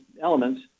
elements